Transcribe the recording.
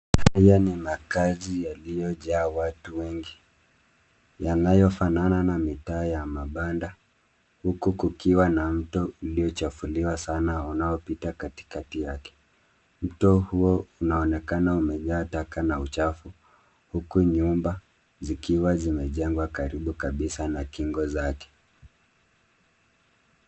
Haya ni makazi yaliyojaa watu wengi yanayofanana na mitaa ya mabanda huku kukiwa na mto uliochafuliwa sana unaopita katikati yake. Mto huo unaonekana umejaa taka na uchafu huku nyumba zikiwa zimejengwa karibu kabisa na kingo zake.